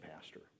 pastor